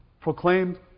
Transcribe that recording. proclaimed